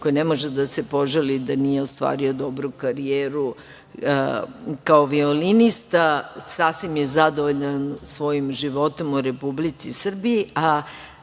koji ne može da se požali da nije ostvario dobru karijeru kao violinista, sasvim je zadovoljan svojim životom u Republici Srbiji.